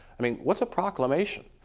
i mean, what's proclamation,